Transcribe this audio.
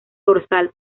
dorsal